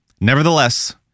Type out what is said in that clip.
Nevertheless